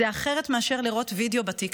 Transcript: זה אחרת מאשר לראות וידיאו בטיקטוק.